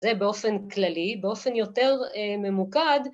זה באופן כללי, באופן יותר ממוקד